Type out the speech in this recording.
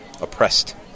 oppressed